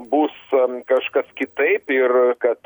bus kaškas kitaip ir kad